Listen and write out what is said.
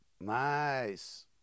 Nice